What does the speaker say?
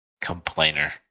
Complainer